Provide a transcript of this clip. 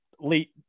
late